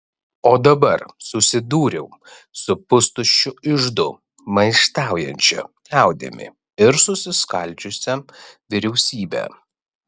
o dabar susidūriau su pustuščiu iždu maištaujančia liaudimi ir susiskaldžiusia vyriausybe